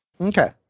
Okay